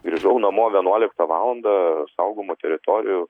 grįžau namo vienuoliktą valandą saugomų teritorijų